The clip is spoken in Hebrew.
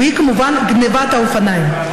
והיא כמובן גנבת האופניים,